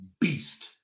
beast